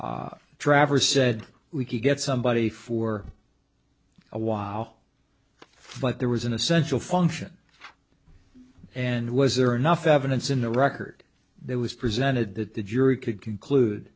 traverse said we could get somebody for a while but there was an essential function and was there enough evidence in the record that was presented that the jury could conclude